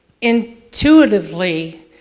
intuitively